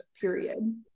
period